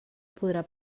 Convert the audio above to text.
podrà